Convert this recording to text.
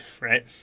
right